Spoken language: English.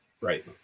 Right